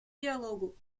диалогу